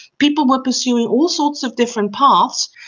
people were pursuing all sorts of different paths.